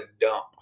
dump